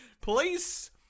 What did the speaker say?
Police